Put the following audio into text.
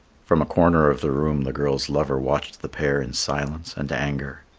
from a corner of the room the girl's lover watched the pair in silence and anger.